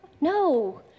no